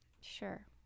Sure